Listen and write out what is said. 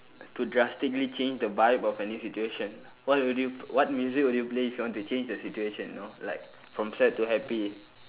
to drastically change the vibe of any situation what would you what music would you play if you want to change the situation you know like from sad to happy